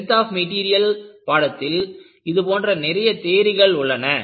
strength of material பாடத்தில் இது போன்ற நிறைய தியரிகள் உள்ளன